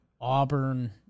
Auburn